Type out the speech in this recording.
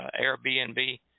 Airbnb